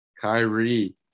Kyrie